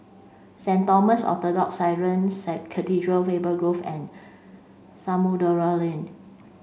Saint Thomas Orthodox Syrian Cathedral Faber Grove and Samudera Lane